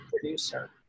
producer